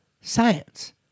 science